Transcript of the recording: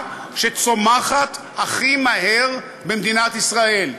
האוכלוסייה שצומחת הכי מהר במדינת ישראל,